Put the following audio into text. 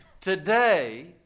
today